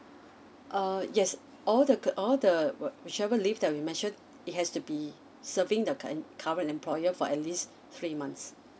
uh yes all the co~ all the what whichever leave that we mentioned it has to be serving the current current employer for at least three months